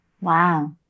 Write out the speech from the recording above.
Wow